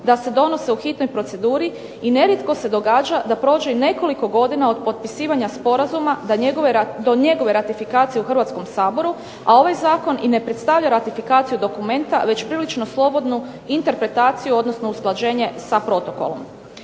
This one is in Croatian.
da se donose u hitnoj proceduri i nerijetko se događa da prođe i nekoliko godina od potpisivanja sporazuma do njegove ratifikacije u Hrvatskom saboru, a ovaj zakon i ne predstavlja ratifikaciju dokumenta, već prilično slobodnu interpretaciju, odnosno usklađenje sa protokolom.